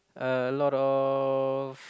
a lot of